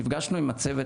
נפגשו עם הצוות,